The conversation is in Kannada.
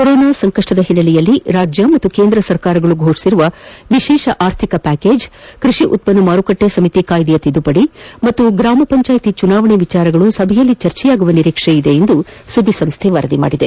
ಕೊರೋನಾ ಸಂಕಷ್ಟದ ಹಿನ್ನೆಲೆಯಲ್ಲಿ ರಾಜ್ಯ ಹಾಗೂ ಕೇಂದ್ರ ಸರ್ಕಾರಗಳು ಫೋಡಿಸಿರುವ ವಿಶೇಷ ಆರ್ಥಿಕ ಪ್ಲಾಕೇಜ್ ಕೃಷಿ ಉತ್ಪನ್ನ ಮಾರುಕಟ್ಲಿ ಸಮಿತಿ ಕಾಯ್ಲೆಯ ತಿದ್ದುಪದಿ ಹಾಗೂ ಗ್ರಾಮ ಪಂಚಾಯಿತಿ ಚುನಾವಣೆ ವಿಚಾರಗಳು ಸಭೆಯಲ್ಲಿ ಚರ್ಚೆಯಾಗುವ ನಿರೀಕ್ಷೆಯಿದೆ ಎಂದು ಸುದ್ದಿಸಂಸ್ಥೆ ವರದಿ ಮಾಡಿದೆ